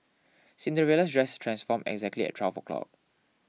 Cinderella's dress transformed exactly at twelve o' clock